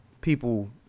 people